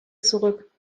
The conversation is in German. zurück